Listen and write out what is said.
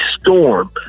storm